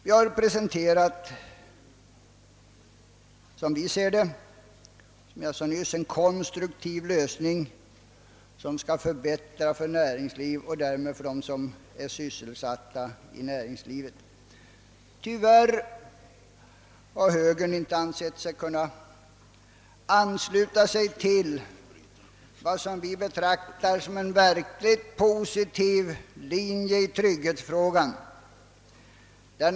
Vi har presenterat en som vi ser det konstruktiv lösning som skall förbättra villkoren för näringslivet och därmed för dem som är sysselsatta i näringslivet. Tyvärr har högern inte ansett sig kunna ansluta sig till vad vi betraktar som en verkligt positiv linje i trygghetsfrågan.